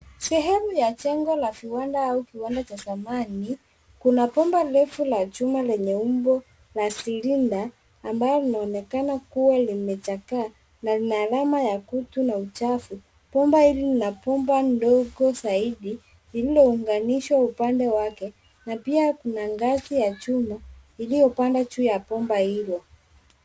Sehemu ya jengo la kiwanda au kiwanda cha zamani, kuna bomba refu la chuma lenye umbo la silinda ambayo linaonekana kuwa limechakaa, na lina alama ya kutu na uchafu. Bomba hili lina bomba ndogo zaidi, lililounganishwa upande wake, na pia kuna ngazi ya chuma, lililopanda jua ya bomba hilo.